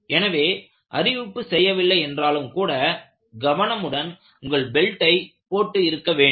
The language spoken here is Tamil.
எனவே அறிவிப்பு செய்யவில்லை என்றாலும் கூட கவனமுடன் உங்கள் பெல்ட்டை போட்டு இருக்க வேண்டும்